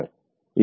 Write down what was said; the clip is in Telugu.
ఇక్కడ Z 0